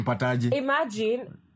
imagine